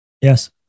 Yes